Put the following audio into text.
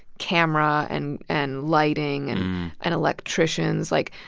camera, and and lighting and electricians, like,